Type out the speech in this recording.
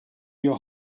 your